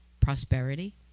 prosperity